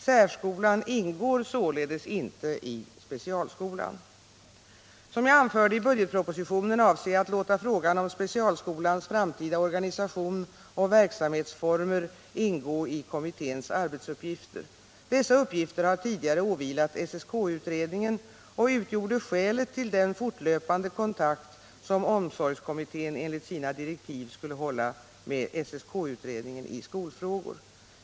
Särskolan ingår således inte i specialskolan. Som jag anförde i budgetpropositionen avser jag att låta frågan om specialskolans framtida organisation och verksamhetsformer ingå i kommitténs arbetsuppgifter. Dessa uppgifter har tidigare åvilat SSK-utredningen och utgjorde skälet till den fortlöpande kontakt som omsorgskommittén enligt sina direktiv skulle hålla med SSK-utredningen i skolfrågor.